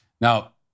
Now